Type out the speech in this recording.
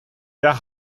der